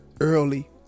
early